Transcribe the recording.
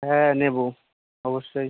হ্যাঁ নেবো অবশ্যই